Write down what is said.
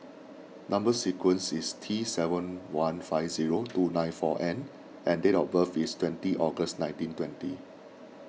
Number Sequence is T seven one five zero two nine four N and date of birth is twenty August nineteen twenty